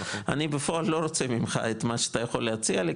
אני בפועל לא רוצה ממך את מה שאתה יכול להציע לי,